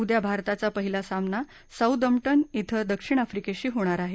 उद्या भारताचा पहिला सामना साऊदम्पटन इथं दक्षिण आफ्रिकेशी होणार आहे